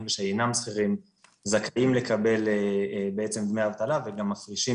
ושאינם שכירים זכאים לקבל בעצם דמי אבטלה וגם מפרישים